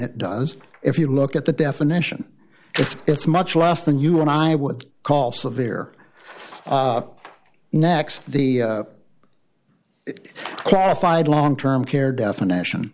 it does if you look at the definition it's it's much less than you and i would call severe up next the classified long term care definition